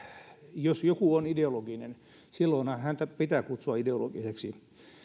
jos joku on ideologinen silloinhan häntä pitää kutsua ideologiseksi